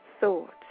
thoughts